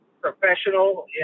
professional